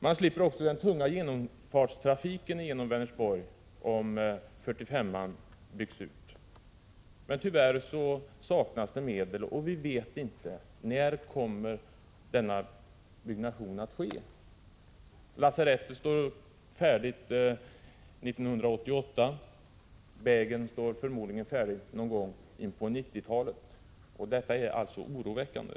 Man slipper också den tunga genomfartstrafiken genom Vänersborg om 45-an byggs ut. Men tyvärr saknas det medel, och vi vet inte när någon byggnation kommer att ske. Lasarettet står färdigt 1988, och vägen står förmodligen färdig någon gång in på 90-talet. Detta är alltså oroväckande.